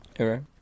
Okay